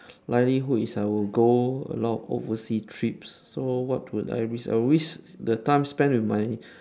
likelihood is I will go a lot of overseas trips so what would I risk I would risk the time spent with my